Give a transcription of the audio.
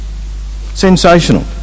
Sensational